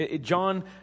John